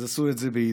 הם עשו את זה ביידיש.